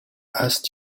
asked